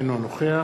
אינו נוכח